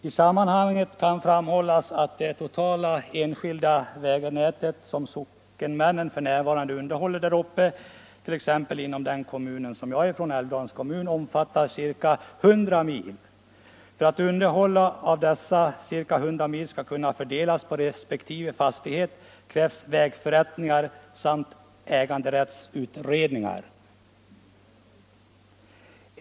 I sammanhanget kan framhållas att det totala enskilda vägnät som sockenmännen f. n. underhåller t.ex. inom min hemkommun, Älvdalens storkommun, omfattar ca 100 mil. För att underhållet av dessa ca 100 mil skall kunna fördelas på resp. fastighet krävs vägförrättningar samt äganderättsutredningar.